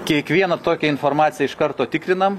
kiekvieną tokią informaciją iš karto tikrinam